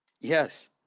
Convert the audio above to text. Yes